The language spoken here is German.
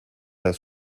das